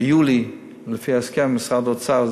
ביולי, לפי ההסכם עם משרד האוצר.